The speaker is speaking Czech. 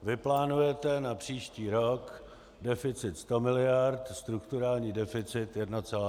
Vy plánujete na příští rok deficit 100 mld. a strukturální deficit 1,8.